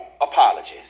apologies